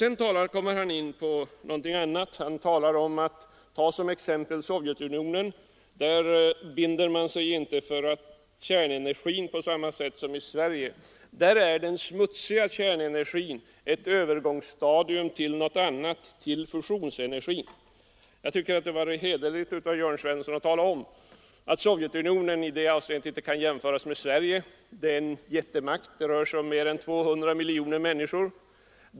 Herr Svensson i Malmö anför vidare som exempel i detta sammanhang Sovjetunionen, där man inte på samma sätt har bundit sig för kärnenergin. Där är den smutsiga kärnenergin ett övergångsstadium till fusionsenergin. Jag tyckte att det kunde ha varit hederligt av herr Jörn Svensson att tala om att Sovjetunionen i det avseendet inte kan jämföras med Sverige. Sovjet är en jättemakt med över 200 miljoner medborgare.